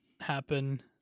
happen